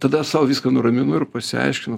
tada aš sau viską nuraminu ir pasiaiškinu